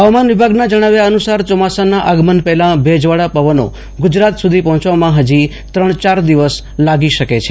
હવામાન વિભાગના જણાવ્યા અનુસાર ચોમાસાના આગમન પહેલા ભેજવાળા પવનો ગુજરાત સુધી પહોંચવામાં હજી ત્રણ ચાર દિવસ લાગી શકે છે